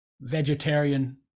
Vegetarian